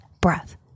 breath